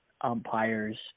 umpires